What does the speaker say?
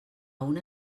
una